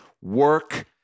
work